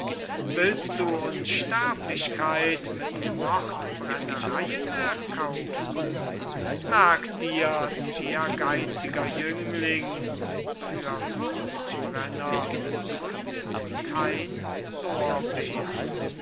willst du unsterblichkeit mit mordbrennereyen erkaufen merk dir's ehrgeitziger jüngling für mordbrenner grünet kein loorbeer